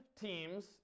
teams